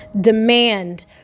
demand